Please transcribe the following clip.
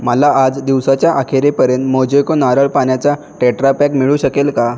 मला आज दिवसाच्या अखेरपर्यंत मोजोको नारळ पाण्याचा टेट्रा पॅक मिळू शकेल का